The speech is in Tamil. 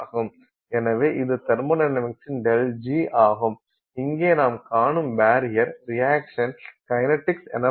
எனவே இது தெர்மொடைனமிக்ஸின் ΔG ஆகும் இங்கே நாம் காணும் பரியர் ரியாக்சன் கைனடிக்ஸ் எனப்படும்